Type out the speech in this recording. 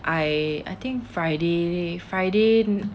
I I think friday friday